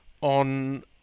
on